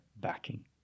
backing